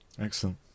Excellent